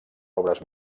obres